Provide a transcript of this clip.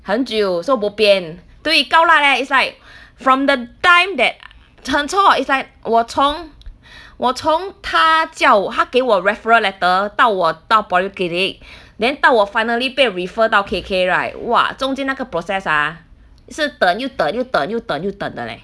很久 so bo pian 对 gao lat leh it's like from the time that 很 chor it's like 我从我从他叫他给我 referral letter 到我到 polyclinic then 到我 finally 被 refer 到 K_K right !wah! 中间那个 process ah 是等又等又等又等又等的 leh